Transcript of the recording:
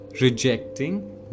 rejecting